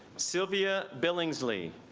sylvia billingsley